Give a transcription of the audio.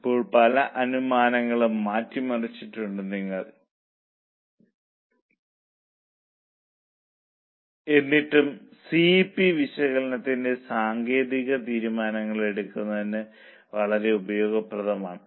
ഇപ്പോൾ പല അനുമാനങ്ങളും മാറ്റി മറിച്ചിട്ടുണ്ടെന്ന് നിങ്ങൾ ഇവിടെ കാണും എന്നിട്ടും സി വി പി വിശകലനത്തിന്റെ സാങ്കേതികത തീരുമാനങ്ങൾ എടുക്കുന്നതിന് വളരെ ഉപയോഗപ്രദമാണ്